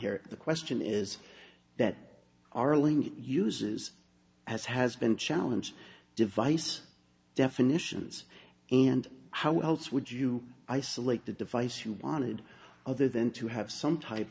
question is that our link uses as has been challenge device definitions and how else would you isolate the device you wanted other than to have some type